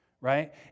Right